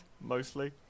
mostly